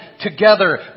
together